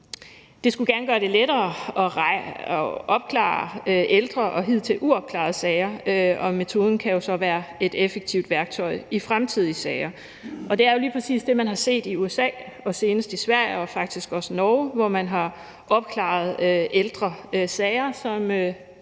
Det skulle gerne gøre det lettere at opklare ældre og hidtil uopklarede sager, og metoden kan jo så være et effektivt værktøj i fremtidige sager. Og det er jo lige præcis det, man har set i USA og senest i Sverige og faktisk også i Norge, hvor man har opklaret ældre sager,